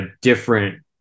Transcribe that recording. different